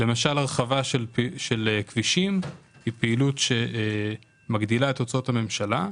הרחבה של כבישים היא פעילות שמגדילה את הוצאות הממשלה,